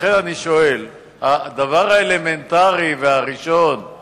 לכן אני שואל, הדבר האלמנטרי והראשון הוא